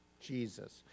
Jesus